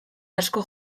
asko